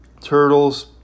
Turtles